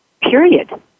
period